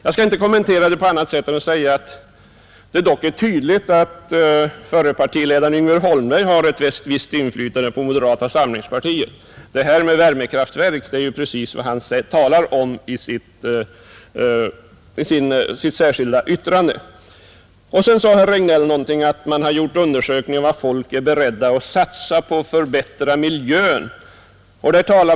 Jag skall bara kommentera det med att säga att det dock är tydligt att förre partiledaren Yngve Holmberg har ett visst inflytande på moderata samlingspartiet; detta med värmekraftverk är precis vad han talar om i sitt särskilda yttrande. Sedan sade herr Regnéll någonting om att man hade gjort undersökningar om vad folk är beredda att satsa på att förbättra miljön.